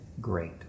great